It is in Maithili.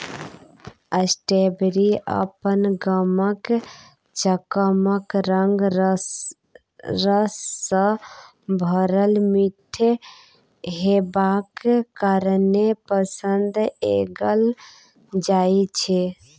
स्ट्राबेरी अपन गमक, चकमक रंग, रस सँ भरल मीठ हेबाक कारणेँ पसंद कएल जाइ छै